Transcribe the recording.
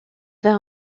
vers